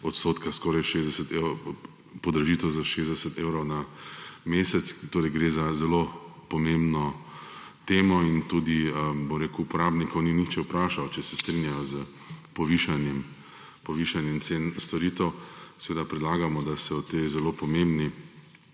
odstotka podražitev za 60 evrov na mesec. Torej gre za zelo pomembno temo in tudi, bom rekel, uporabnikov ni nihče vprašal, če se strinjajo s povišanjem cen storitev. Seveda predlagamo, da se o tej zelo pomembni